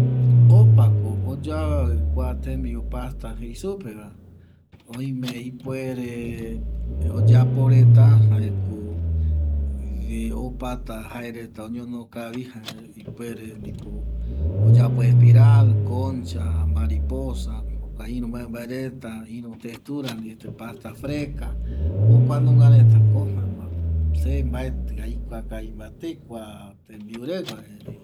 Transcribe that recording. Opako oyeavƚavƚ kua tembiu pasta jei supeva oime ipuere oyapo reta jaeko opata jaereta oñono kavi ipuere ndipo oyapo espiral, koncha, mariposa jokua iru mbae mbae reta iru verdura ndie pasta fresca jokua nungaretako jaema se mbaetƚ aikua kavi mbaete kua tembiu regua